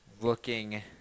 looking